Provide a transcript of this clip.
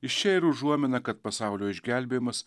iš čia ir užuomina kad pasaulio išgelbėjimas